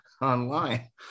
online